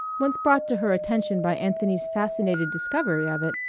once brought to her attention by anthony's fascinated discovery of it,